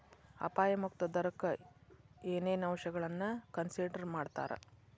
ಅಪಾಯ ಮುಕ್ತ ದರಕ್ಕ ಏನೇನ್ ಅಂಶಗಳನ್ನ ಕನ್ಸಿಡರ್ ಮಾಡ್ತಾರಾ